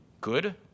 good